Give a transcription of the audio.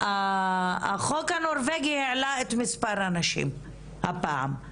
החוק הנורבגי העלה את מספר הנשים הפעם,